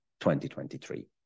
2023